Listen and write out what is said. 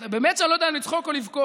באמת שאני לא יודע אם לצחוק או לבכות,